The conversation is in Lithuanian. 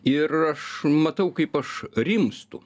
ir aš matau kaip aš rimstu